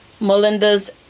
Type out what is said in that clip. Melinda's